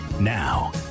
Now